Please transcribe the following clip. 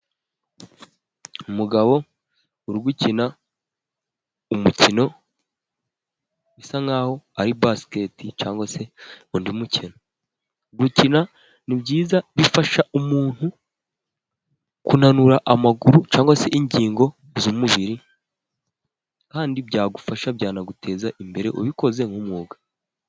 Umugabo uri gukina umukino bisa nk'aho ari basikete, cyangwa se undi mukino, gukina ni byiza bifasha umuntu kunanura amaguru ,cyangwa se ingingo z'umubiri kandi byagufasha, byanaguteza imbere ubikoze nk'umwuga.